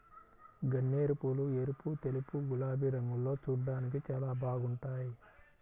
గన్నేరుపూలు ఎరుపు, తెలుపు, గులాబీ రంగుల్లో చూడ్డానికి చాలా బాగుంటాయ్